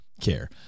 care